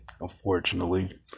unfortunately